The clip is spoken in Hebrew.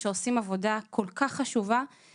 אני יודעת שוועדת הכספים כן העבירה את התקציב.